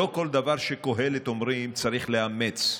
לא כל דבר שקהלת אומרים צריך לאמץ.